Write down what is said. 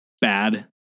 bad